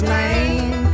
name